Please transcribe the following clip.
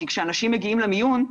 כי כשאנשים מגיעים למיון,